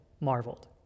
marveled